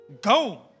Go